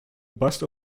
bust